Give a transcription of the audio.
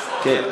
כן,